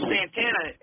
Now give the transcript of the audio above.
Santana